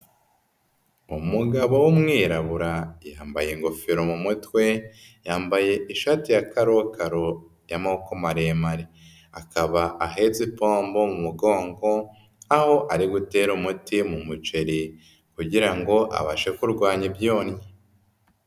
Umugabo w'umwirabura yambaye ingofero mu mutwe, yambaye ishati ya karokaro y'amaboko maremare, akaba ahetse ipombo mu mugongo aho ari gutere umuti mu muceri kugira ngo abashe kurwanya ibyonnyi.